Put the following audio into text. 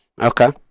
Okay